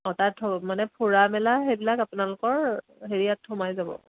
অঁ তাত মানে ফুৰা মেলা সেইবিলাক আপোনালোকৰ হেৰিয়াত সোমাই যাব